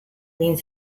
egin